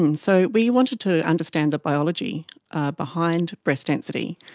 and so we wanted to understand the biology behind breast density,